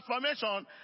transformation